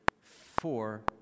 four